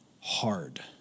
hard